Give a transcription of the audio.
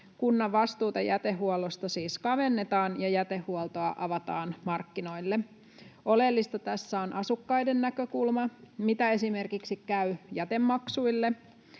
Kunnan vastuuta jätehuollosta siis kavennetaan ja jätehuoltoa avataan markkinoille. Oleellista tässä on asukkaiden näkökulma. Miten esimerkiksi käy jätemaksuille?